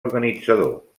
organitzador